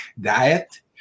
diet